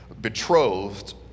betrothed